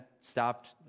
stopped